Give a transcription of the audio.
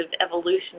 evolution